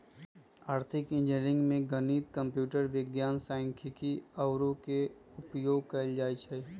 आर्थिक इंजीनियरिंग में गणित, कंप्यूटर विज्ञान, सांख्यिकी आउरो के उपयोग कएल जाइ छै